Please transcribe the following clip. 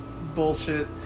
Bullshit